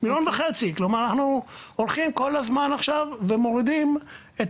כלומר אנחנו הולכים כל הזמן עכשיו ומורידים את